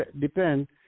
depend